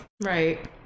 right